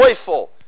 joyful